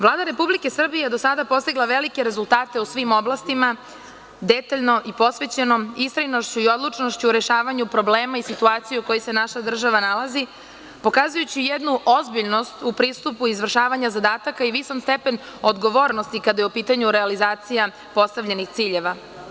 Vlada Republike Srbije je do sada postigla velike rezultate u svim oblastima detaljnom istrajnošću, odlučnošću u rešavanju problema i situacije u kojoj se naša država nalazi, pokazujući jednu ozbiljnost u pristupu izvršavanja zadataka i visok stepen odgovornosti kada je u pitanju realizacija postavljenih ciljeva.